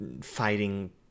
fighting